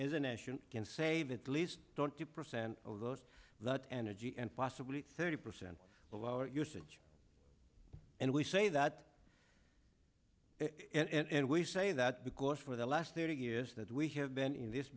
nation can save at least twenty percent of those that energy and possibly thirty percent of our usage and we say that and we say that because for the last thirty years that we have been in this